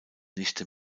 nichte